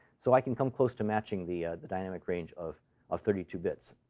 so i can come close to matching the the dynamic range of of thirty two bits